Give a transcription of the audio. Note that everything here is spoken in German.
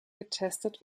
getestet